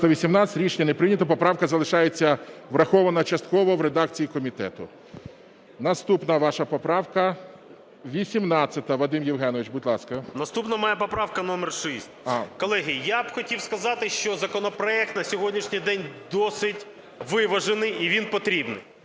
Наступна моя поправка номер 6. Колеги, я б хотів сказати, що законопроект на сьогоднішній день досить виважений, і він потрібний.